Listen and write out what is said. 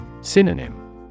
Synonym